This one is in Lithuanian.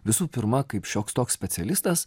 visų pirma kaip šioks toks specialistas